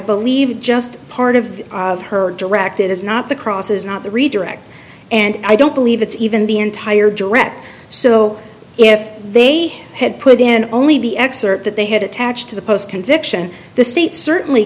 believe just part of her direct it is not the cross is not the redirect and i don't believe it's even the entire direct so if they they had put in only the excerpt that they had attached to the post conviction the state certainly